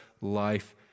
life